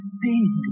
big